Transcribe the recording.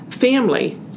family